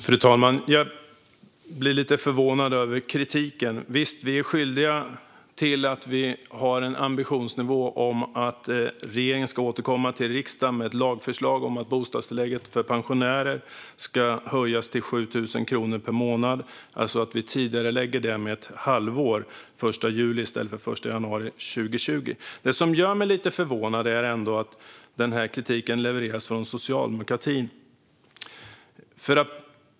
Fru talman! Jag blir lite förvånad över kritiken. Visst är vi skyldiga till att vi har en ambition om att regeringen ska återkomma till riksdagen med ett lagförslag om att bostadstillägget för pensionärer ska höjas till 7 000 kronor per månad, alltså att vi tidigarelägger det med ett halvår, till den 1 juli 2019 i stället för den 1 januari 2020. Det som ändå gör mig lite förvånad är att denna kritik levereras från socialdemokratin.